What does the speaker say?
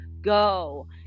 go